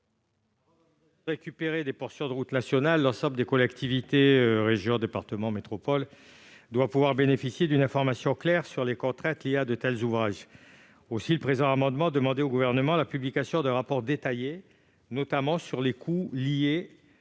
de récupérer des portions de routes nationales, l'ensemble des collectivités- régions, départements, métropoles -doivent pouvoir bénéficier d'une information claire sur les contraintes liées à de tels ouvrages. Aussi, cet amendement vise à demander au Gouvernement la publication d'un rapport détaillé, notamment sur les coûts liés à ces routes